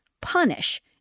punish